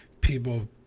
people